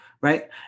right